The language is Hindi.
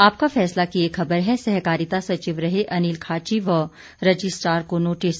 आपका फैसला की एक खबर है सहकारिता सचिव रहे अनिल खाची व रजिस्ट्रार को नोटिस